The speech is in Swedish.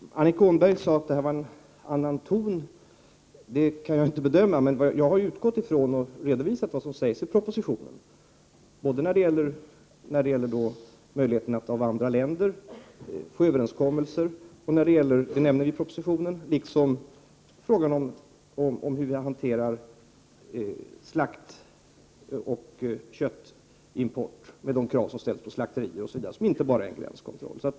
Annika Åhnberg sade att jag hade en annan ton. Det kan jag inte bedöma, men jag har redovisat vad som sägs i propositionen både när det gäller möjligheterna att med andra länder få överenskommelser och när det gäller slakt och kötthantering vid import med de krav som ställs på slakterier — det är inte bara gränskontroll.